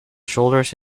shoulders